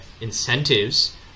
incentives